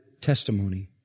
testimony